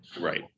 Right